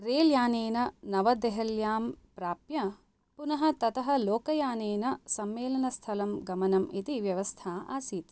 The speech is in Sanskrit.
रैल् यानेन नवदेहल्यां प्राप्य पुनः ततः लोकयानेन सम्मेलनस्थलं गमनम् इति व्यवस्था आसीत्